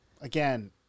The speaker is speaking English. Again